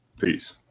Peace